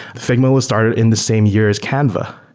figma was started in the same year as canva,